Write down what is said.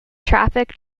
traffic